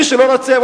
מי שלא רוצה,